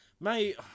Mate